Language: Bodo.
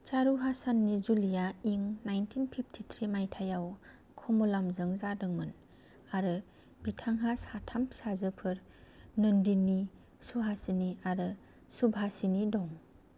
चारु हासाननि जुलिया इं नायन्टिन फिफ्तिथ्रि माइथाइयाव कम'लामजों जादोंमोन आरो बिथांहा साथाम फिसाजोफोर नन्दिनि सुहासिनि आरो सुभासिनि दं